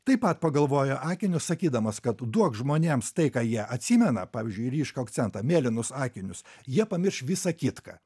taip pat pagalvojo akinius sakydamas kad duok žmonėms tai ką jie atsimena pavyzdžiui ryškų akcentą mėlynus akinius jie pamirš visa kitka